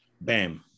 Bam